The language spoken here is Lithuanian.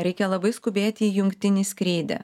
reikia labai skubėti į jungtinį skrydį